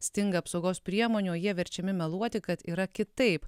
stinga apsaugos priemonių jie verčiami meluoti kad yra kitaip